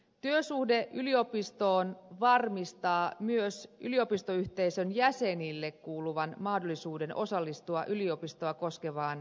työsuhde yliopistoon varmistaa myös yliopistoyhteisön jäsenille kuuluvan mahdollisuuden osallistua yliopistoa koskevaan päätöksentekoon